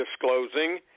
disclosing